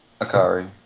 Akari